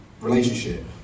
relationship